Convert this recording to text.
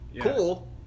Cool